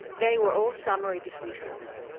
they were all summary dismissals.